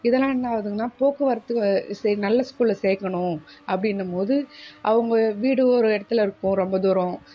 இதெல்லாம் என்ன ஆகுதுன்னால் போக்குவரத்து நல்ல ஸ்கூலில் சேர்க்கணும் அப்படின்னும் போது அவங்க வீடு ஒரு இடத்துல இருக்கும் ரொம்ப தூரம்